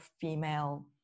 female